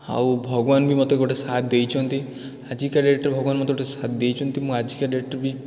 ଆଉ ଭଗବାନ ବି ମୋତେ ଗୋଟେ ସାଥ୍ ଦେଇଛନ୍ତି ଆଜିକା ଡେଟ୍ରେ ଭଗବାନ ମୋତେ ଗୋଟେ ସାଥ୍ ଦେଇଛନ୍ତି ମୁଁ ଆଜିକା ଡେଟ୍ରେ ବି